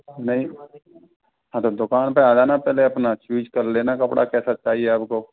नहीं हाँ तो दुकान पे आ जाना पहले अपना च्युज कर लेना कपड़ा कैसा चाहिए आपको